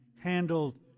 handled